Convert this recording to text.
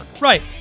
Right